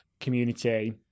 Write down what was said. Community